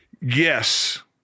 Yes